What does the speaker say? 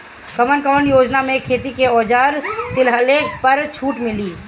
कवन कवन योजना मै खेती के औजार लिहले पर छुट मिली?